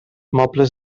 mobles